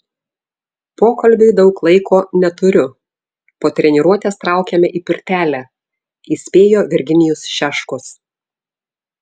pokalbiui daug laiko neturiu po treniruotės traukiame į pirtelę įspėjo virginijus šeškus